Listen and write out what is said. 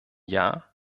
jahr